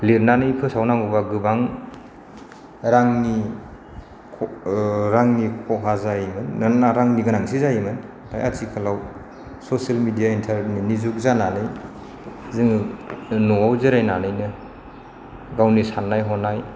लिरनानै फोसावनांगौबा गोबां रांनि रांनि खहा जायोमोन रांनि गोनांथि जायोमोन दा आथिखालाव ससियेल मिडिया इन्टारनेटनि जुग जानानै जोङो न'आव जिरायनानैनो गावनि साननाय हनाय